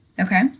Okay